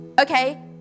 okay